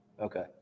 Okay